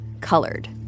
colored